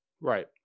Right